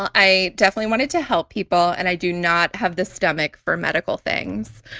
i definitely wanted to help people. and i do not have the stomach for medical things.